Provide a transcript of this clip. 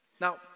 Now